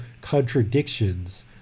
contradictions